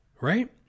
Right